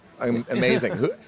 amazing